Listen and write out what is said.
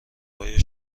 های